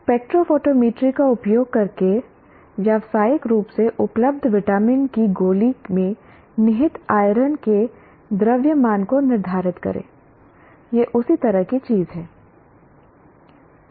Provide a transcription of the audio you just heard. spectro photometry का उपयोग करके व्यावसायिक रूप से उपलब्ध विटामिन की गोली में निहित आइरन के द्रव्यमान को निर्धारित करें यह उसी तरह की चीज है